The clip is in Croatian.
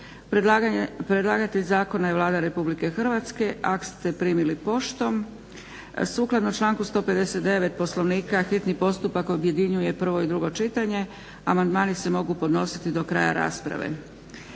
Predlagatelj zakona je Vlada Republike Hrvatske. Akt ste primili poštom. Sukladno članku 159. Poslovnika hitni postupak objedinjuje prvo i drugo čitanje. Amandmani se mogu podnositi do kraja rasprave.